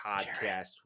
podcast